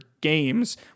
games